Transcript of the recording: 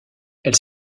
elle